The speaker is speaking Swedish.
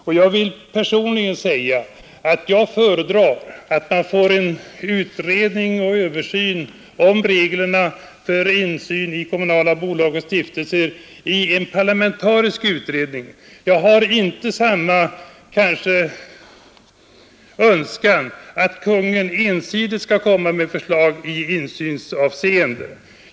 Och jag vill personligen säga att jag föredrar att man får en utredning om och översyn av reglerna för insyn i kommunala bolag och stiftelser i en parlamentarisk utredning. Jag har inte samma önskan som reservanterna att Kungl. Maj:t ensidigt skall föra fram förslag i insynsavseende.